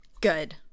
Good